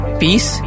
peace